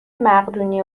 مقدونی